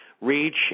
reach